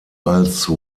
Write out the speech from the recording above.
als